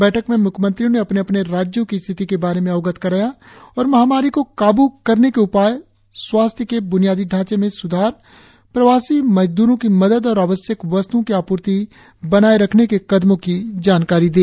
बैठक में म्ख्यमंत्रियों ने अपने अपने राज्यों की स्थिति के बारे में अवगत कराया और महामारी को काबू करने के उपाय स्वास्थ्य के ब्नियादी ढांचे में स्धार प्रवासी मजदूरों की मदद और आवश्यक वस्त्ओं की आपूर्ति बनाये रखने के कदमों की जानकारी दी